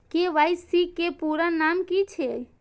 KYC के पूरा नाम की छिय?